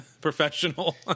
professional